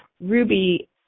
Ruby